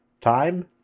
Time